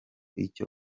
icyo